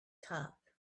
top